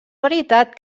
veritat